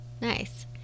Nice